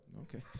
okay